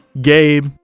Gabe